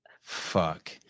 Fuck